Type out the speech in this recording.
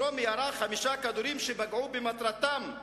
"דרומי ירה חמישה כדורים שפגעו במטרתם,